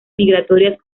migratorias